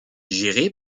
géré